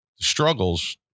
struggles